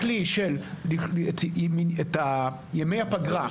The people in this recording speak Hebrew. הכלי של ימי הפגרה,